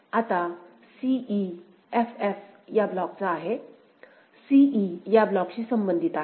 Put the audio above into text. आता c e f f या ब्लॉकचा आहे c e या ब्लॉकशी संबंधित आहे